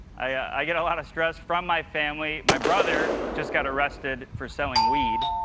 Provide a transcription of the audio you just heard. i get a lot of stress from my family. my brother just got arrested for selling weed.